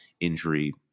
injury